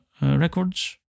records